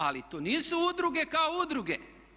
Ali to nisu udruge kao udruge.